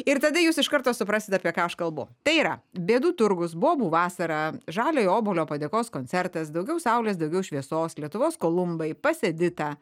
ir tada jūs iš karto suprasit apie ką aš kalbu tai yra bėdų turgus bobų vasara žaliojo obuolio padėkos koncertas daugiau saulės daugiau šviesos lietuvos kolumbai pas editą